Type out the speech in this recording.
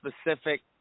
specific